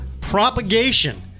Propagation